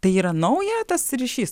tai yra nauja tas ryšys